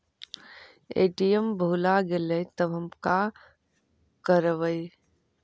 ATM भुला गेलय तब हम काकरवय?